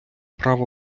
право